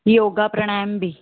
योगा प्राणायाम बि